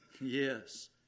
Yes